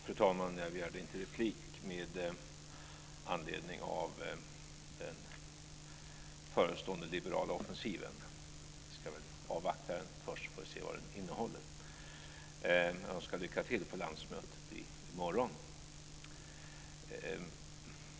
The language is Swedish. Fru talman! Jag begärde inte replik med anledning av den förestående liberala offensiven. Vi ska väl avvakta den först för att se vad den innehåller. Jag önskar lycka till på landsmötet i morgon.